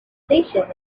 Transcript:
station